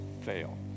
fail